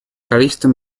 количество